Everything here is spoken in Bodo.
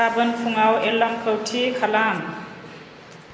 गाबोन फुङाव एलार्मखौ थि खालाम